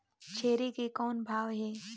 छेरी के कौन भाव हे?